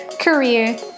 career